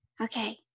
Okay